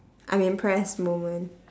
I'm impressed moment